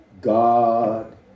god